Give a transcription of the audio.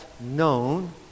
known